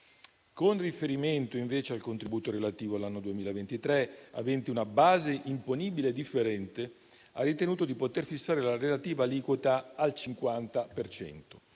Con riferimento, invece, al contributo relativo all'anno 2023, avente una base imponibile differente, ha ritenuto di poter fissare la relativa aliquota al 50